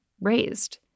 raised